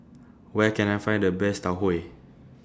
Where Can I Find The Best Tau Huay